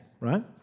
right